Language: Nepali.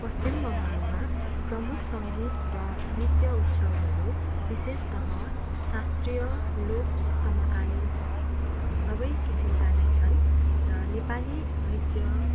पश्चिम बङ्गालमा प्रमुख सङ्गीत र नृत्य उत्सवहरू विशेषतः शास्त्रीय लोक समकालीन सबै किसिमका नै छन् र नेपाली नृत्य